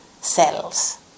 cells